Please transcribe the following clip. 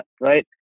right